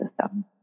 system